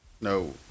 no